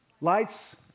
lights